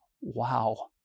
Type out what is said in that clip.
wow